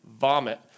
vomit